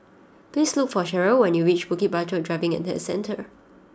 please look for Sheryl when you reach Bukit Batok Driving and Test Centre